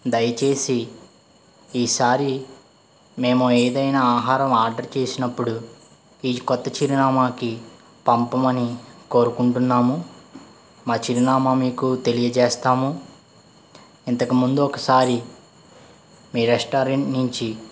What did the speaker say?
దయచేసి ఈసారి మేము ఏదైనా ఆహారం ఆర్డర్ చేసినప్పుడు ఈ కొత్త చిరునామాకి పంపమని కోరుకుంటున్నాము మా చిరునామా మీకు తెలియచేస్తాము ఇంతకుముందు ఒకసారి మీ రెస్టారెంట్ నుంచి